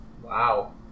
Wow